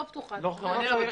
אני לא בטוחה בכך לעשות זאת.